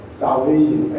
salvation